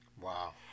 Wow